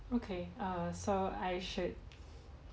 okay err so I should